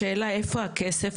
השאלה איפה הכסף,